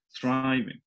thriving